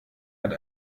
hat